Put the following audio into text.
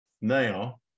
now